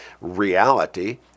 reality